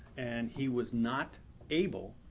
and he was not able,